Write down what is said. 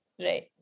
right